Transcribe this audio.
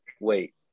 wait